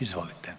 Izvolite.